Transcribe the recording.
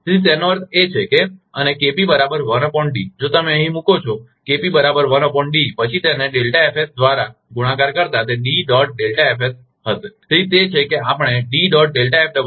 તેથી તેનો અર્થ એ છે કે અને જો તમે અહીં મૂકો છો પછી તે તેને દ્વારા ગુણાકાર કરતા તે હશે